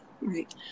right